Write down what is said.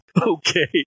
Okay